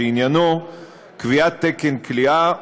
שעניינו קביעת תקן כליאה,